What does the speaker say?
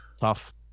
Tough